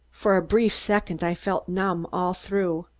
for a brief second i felt numb all through.